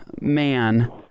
man